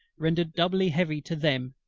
rendered doubly heavy to them,